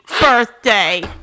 birthday